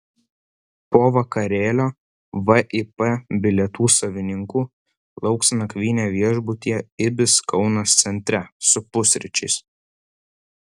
po vakarėlio vip bilietų savininkų lauks nakvynė viešbutyje ibis kaunas centre su pusryčiais